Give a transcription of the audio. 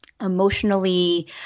emotionally